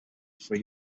free